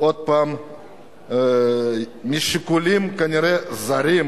עוד פעם, משיקולים כנראה זרים,